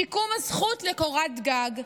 שיקום הזכות לקורת גג,